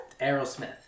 Aerosmith